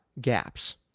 gaps